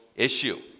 Issue